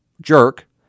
jerk